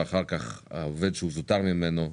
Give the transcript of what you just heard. והעובד שהוא זוטר ממנו,